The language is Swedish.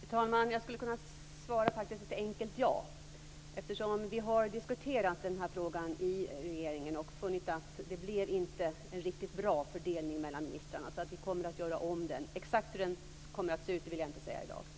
Fru talman! Jag skulle kunna svara ett enkelt ja. Vi har diskuterat den här frågan i regeringen och funnit att det inte blev en riktigt bra fördelning mellan ministrarna. Vi kommer att göra om den. Exakt hur den kommer att se ut vill jag inte säga i dag.